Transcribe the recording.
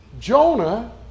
Jonah